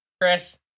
Chris